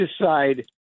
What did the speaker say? decide